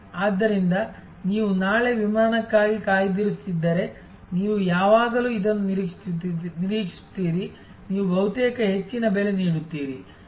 ಆದ್ದರಿಂದ ನೀವು ನಾಳೆ ವಿಮಾನಕ್ಕಾಗಿ ಕಾಯ್ದಿರಿಸುತ್ತಿದ್ದರೆ ನೀವು ಯಾವಾಗಲೂ ಇದನ್ನು ನಿರೀಕ್ಷಿಸುತ್ತೀರಿ ನೀವು ಬಹುತೇಕ ಹೆಚ್ಚಿನ ಬೆಲೆ ನೀಡುತ್ತೀರಿ